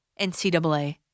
NCAA